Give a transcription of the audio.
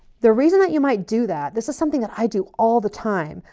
the reason that you might do that. this is something that i do all the time.